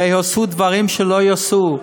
הרי עשו דברים שלא ייעשו.